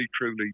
truly